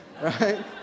right